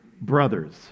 brothers